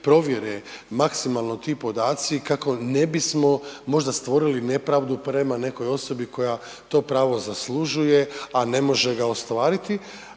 provjere maksimalno ti podaci kako ne bismo možda stvorili nepravdu prema nekoj osobi koja to pravo zaslužuje, a ne može ga ostvariti,